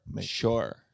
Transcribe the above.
Sure